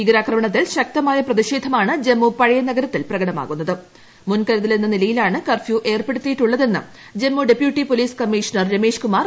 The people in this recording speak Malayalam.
ഭീകരാക്രമണത്തിൽ ശക്താമായ പ്രതിഷേധമാണ് ജമ്മു പഴയ നഗരത്തിൽ പ്രകടമാവുന്നത് മുൻ കരുതലെന്ന നിലയിലാണ് കർഫ്യൂ ഏർപ്പെടുത്തിയിട്ടുള്ളതെന്ന് Jammu deputy police commissioner Rameshkumar വാർത്താ ലേഖകരോട് പറഞ്ഞു